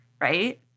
Right